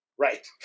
Right